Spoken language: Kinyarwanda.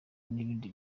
n’ibindi